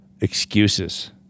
Excuses